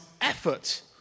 effort